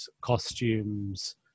costumes